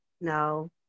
No